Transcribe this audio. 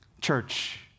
Church